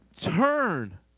Turn